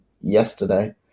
yesterday